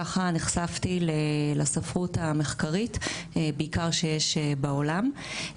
ככה נחשפתי לספרות המחקרית בעיקר שיש בעולם.